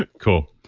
ah cool.